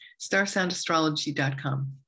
starsoundastrology.com